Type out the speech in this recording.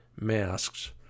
masks